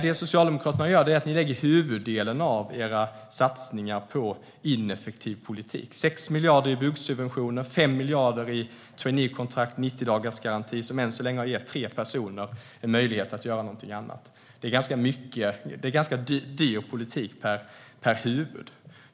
Det Socialdemokraterna gör är att ni lägger huvuddelen av era satsningar på ineffektiv politik. Ni satsar 6 miljarder i byggsubventioner, 5 miljarder i traineekontrakt och 90-dagarsgaranti som än så länge har gett tre personer en möjlighet att göra någonting annat. Det är ganska dyr politik per huvud.